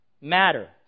matter